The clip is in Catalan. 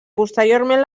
posteriorment